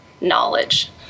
knowledge